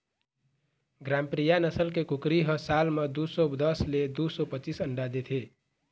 ग्रामप्रिया नसल के कुकरी ह साल म दू सौ दस ले दू सौ पचीस अंडा देथे